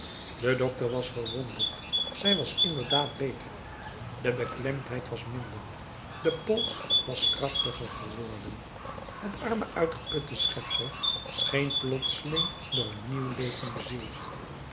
de dokter was verwonderd zij was inderdaad beter de beklemdheid was minder de pols was krachtiger geworden het arme uitgeputte schepsel scheen plotseling door een nieuw leven bezield